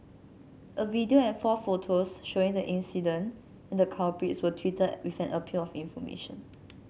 a video and four photos showing the incident and the culprits were tweeted with an appeal of information